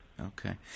okay